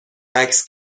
عکس